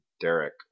Derek